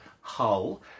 hull